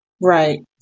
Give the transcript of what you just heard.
Right